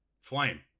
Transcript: flame